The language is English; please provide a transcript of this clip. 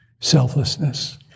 selflessness